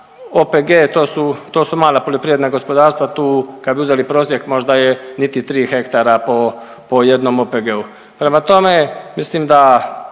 su, to su mala poljoprivredna gospodarstva, tu kad bi uzeli prosjek možda je niti 3 hektara po, po jednom OPG-u. Prema tome, mislim da